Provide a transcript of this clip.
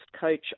coach